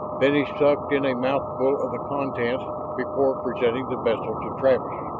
then he sucked in a mouthful of the contents before presenting the vessel to travis.